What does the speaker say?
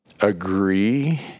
agree